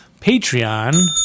patreon